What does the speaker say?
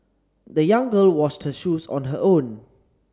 the young girl washed her shoes on her own